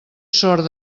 sort